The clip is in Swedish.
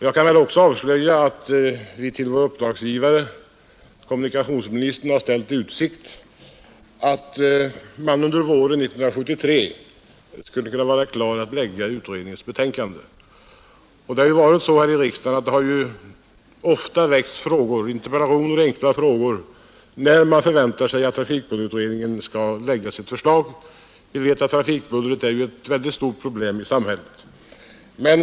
Jag kan väl också avslöja att vi till vår uppdragsgivare, kommunikationsministern, har ställt i utsikt att utredningen under våren 1973 skulle kunna vara klar att framlägga sitt betänkande. Här i riksdagen har det ofta väckts interpellationer och enkla frågor där besked har begärts om när trafikbullerutredningens förslag kan förväntas. Trafikbullret är ju ett väldigt stort problem i samhället.